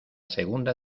segunda